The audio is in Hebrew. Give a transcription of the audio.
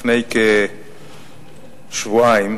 לפני כשבועיים,